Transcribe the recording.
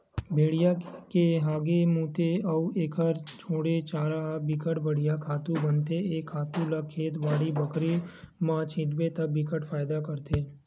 भेड़िया के हागे, मूते अउ एखर छोड़े चारा ह बिकट बड़िहा खातू बनथे ए खातू ल खेत, बाड़ी बखरी म छितबे त बिकट फायदा करथे